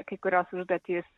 kai kurios užduotys